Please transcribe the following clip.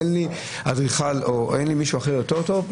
אין לי אדריכל או אין לי מישהו אחר יותר טוב,